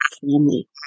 family